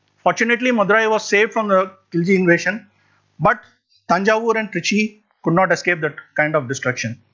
fortunately madurai was saved from the khilji invasion but thanjavur and trichy could not escape that kind of destruction.